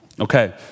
Okay